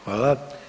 Hvala.